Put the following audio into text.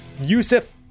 Yusuf